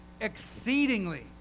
exceedingly